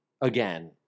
Again